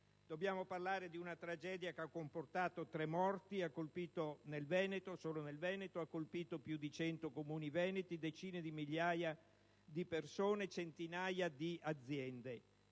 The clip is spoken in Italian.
Dobbiamo parlare di una tragedia che ha comportato tre morti ed ha colpito solo nel Veneto più di cento comuni, decine di migliaia di persone, centinaia di aziende.